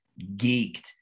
geeked